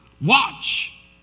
watch